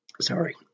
Sorry